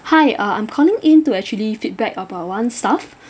hi uh I'm calling in to actually feedback about one staff